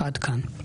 עד כאן.